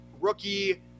rookie